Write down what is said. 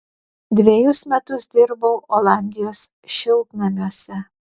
dvejus metus dirbau olandijos šiltnamiuose